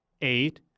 eight